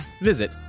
visit